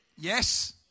Yes